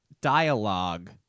dialogue